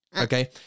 Okay